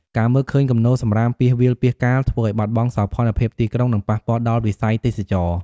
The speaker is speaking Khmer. ការមើលឃើញគំនរសំរាមពាសវាលពាសកាល ធ្វើឲ្យបាត់បង់សោភ័ណភាពទីក្រុង និងប៉ះពាល់ដល់វិស័យទេសចរណ៍។